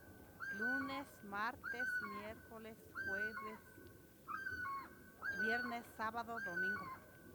Lunes, martes, miercoles, jueves, sabado, domingo.